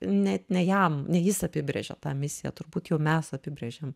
net ne jam ne jis apibrėžė tą misiją turbūt jau mes apibrėžėm